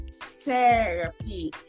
therapy